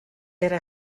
era